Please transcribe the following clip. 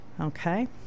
Okay